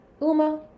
Uma